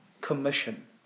commission